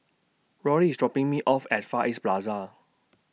Rollie IS dropping Me off At Far East Plaza